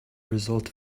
result